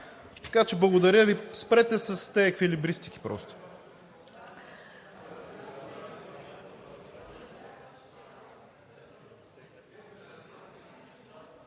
Така че благодаря Ви. Спрете с тези еквилибристики просто.